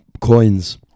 coins